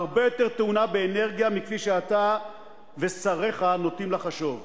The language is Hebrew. הרבה יותר טעונה באנרגיה מכפי שאתה ושריך נוטים לחשוב.